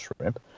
shrimp